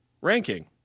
ranking